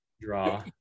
Draw